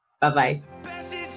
bye-bye